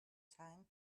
time